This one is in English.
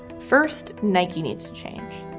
first, nike needs to change.